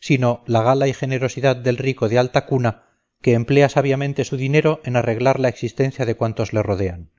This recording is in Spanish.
sino la gala y generosidad del rico de alta cuna que emplea sabiamente su dinero en alegrar la existencia de cuantos le rodean